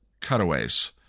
cutaways